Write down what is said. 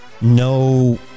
no